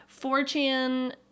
4chan